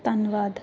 ਧੰਨਵਾਦ